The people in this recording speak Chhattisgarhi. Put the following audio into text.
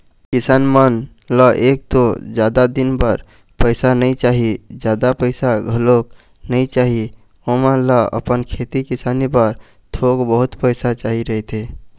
किसान मन ल एक तो जादा दिन बर पइसा नइ चाही, जादा पइसा घलोक नइ चाही, ओमन ल अपन खेती किसानी बर थोक बहुत पइसा चाही रहिथे